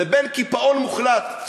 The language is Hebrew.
לבין קיפאון מוחלט.